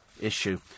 issue